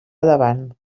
davant